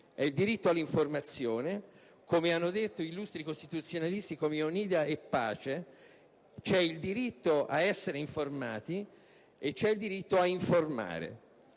diritto all'informazione, come hanno detto illustri costituzionalisti come Onida e Pace: c'è il diritto ad essere informati e ad informare.